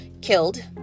killed